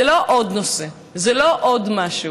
זה לא עוד נושא, זה לא עוד משהו.